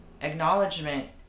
acknowledgement